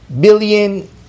billion